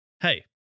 Hey